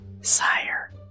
Sire